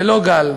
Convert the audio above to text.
זה לא גל,